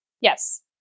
Yes